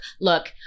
look